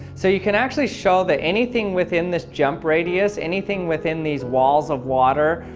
so you can actually show that anything within this jump radius, anything within these walls of water,